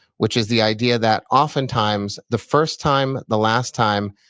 which is the idea that oftentimes the first time, the last time,